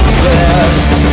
best